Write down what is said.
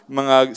mga